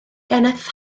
geneth